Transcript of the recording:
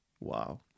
wow